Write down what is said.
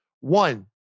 One